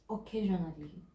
Occasionally